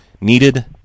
needed